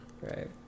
Right